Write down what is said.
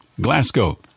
Glasgow